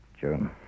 June